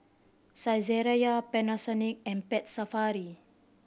Saizeriya Panasonic and Pet Safari